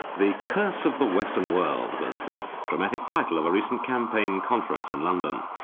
the curse of the western world was the dramatic title of a recent campaign conference in london.